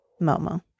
Momo